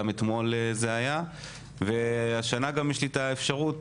גם אתמול זה היה והשנה גם יש לי את האפשרות,